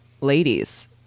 ladies